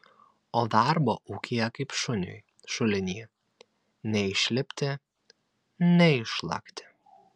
o darbo ūkyje kaip šuniui šuliny nei išlipti nei išlakti